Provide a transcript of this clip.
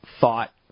thought